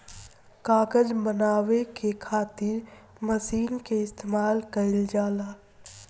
कागज बनावे के खातिर मशीन के इस्तमाल कईल जाला